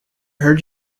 heard